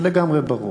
זה לגמרי ברור.